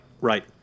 right